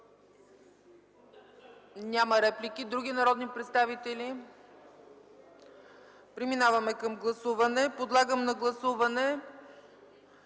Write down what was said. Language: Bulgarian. Няма. Има ли други народни представители? Няма. Преминаваме към гласуване. Подлагам на гласуване